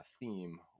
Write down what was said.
theme